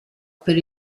per